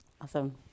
Awesome